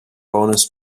bonus